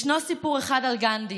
ישנו סיפור אחד על גנדי